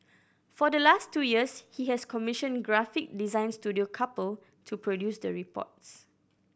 for the last two years he has commissioned graphic design studio Couple to produce the reports